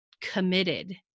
committed